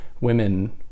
women